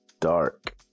dark